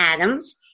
atoms